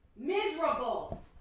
miserable